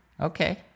Okay